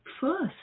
first